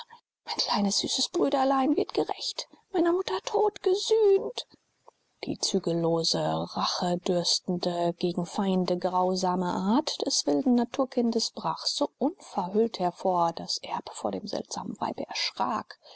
mein kleines süßes brüderlein wird gerächt meiner mutter tod gesühnt die zügellose rachedürstende gegen feinde grausame art des wilden naturkindes brach so unverhüllt hervor daß erb vor dem seltsamen weibe erschrak